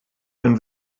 einen